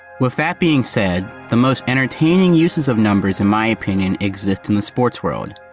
with that being said, the most entertaining uses of numbers in my opinion, exists in the sports world.